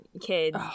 kids